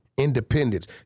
independence